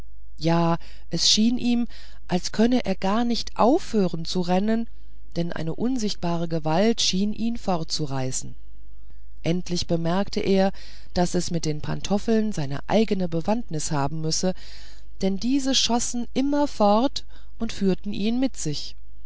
ja es schien ihm als könne er gar nicht aufhören zu rennen denn eine unsichtbare gewalt schien ihn fortzureißen endlich bemerkte er daß es mit den pantoffeln eine eigene bewandtnis haben müsse denn diese schossen immer fort und führten ihn mit sich